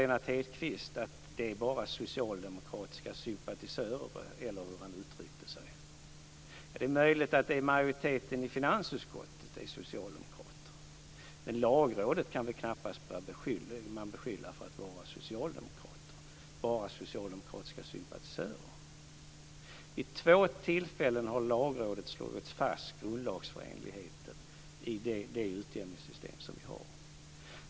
Lennart Hedquist påstår att det är bara socialdemokratiska sympatisörer, eller hur han uttryckte sig. Det är möjligt att majoriteten i finansutskottet är socialdemokrater, men Lagrådet kan man knappast beskylla för att bara vara socialdemokratiska sympatisörer. Vid två tillfällen har Lagrådet slagit fast grundlagsenligheten i det utjämningssystem som vi har.